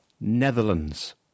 netherlands